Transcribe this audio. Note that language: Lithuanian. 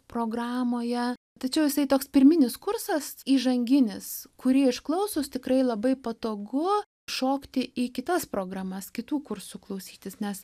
programoje tačiau jisai toks pirminis kursas įžanginis kurį išklausius tikrai labai patogu šokti į kitas programas kitų kursų klausytis nes